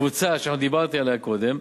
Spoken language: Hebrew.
קבוצה שדיברתי עליה קודם,